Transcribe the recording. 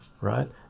right